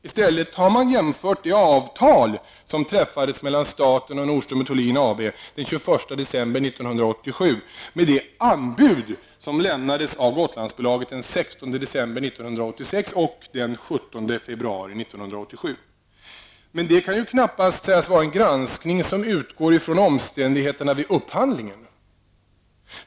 I stället har man jämfört det avtal som träffades mellan staten och Nordström & december 1986 och den 17 februari 1987. Men detta kan knappast sägas vara en granskning som utgår från omständigheterna vid upphandlingen.